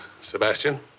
Sebastian